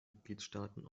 mitgliedstaaten